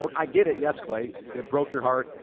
like i get it. yes clay, it broke your heart.